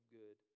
good